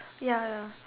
ya ya